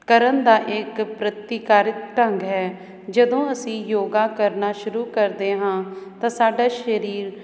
ਕਰਨ ਦਾ ਇੱਕ ਪ੍ਰਤੀਕਾਰ ਢੰਗ ਹੈ ਜਦੋਂ ਅਸੀਂ ਯੋਗਾ ਕਰਨਾ ਸ਼ੁਰੂ ਕਰਦੇ ਹਾਂ ਤਾਂ ਸਾਡਾ ਸਰੀਰ